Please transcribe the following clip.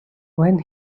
when